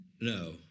no